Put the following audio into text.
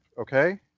okay